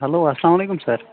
hello اسلام علیکُم سَر